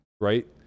right